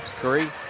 Curry